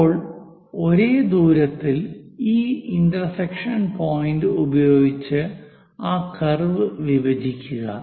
ഇപ്പോൾ ഒരേ ദൂരത്തിൽ ഈ ഇന്റർസെക്ഷൻ പോയിന്റ് ഉപയോഗിച്ച് ഈ കർവ് വിഭജിക്കുക